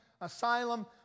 asylum